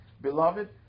beloved